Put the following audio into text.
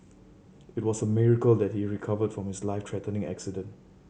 it was a miracle that he recovered from his life threatening accident